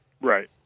Right